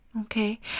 okay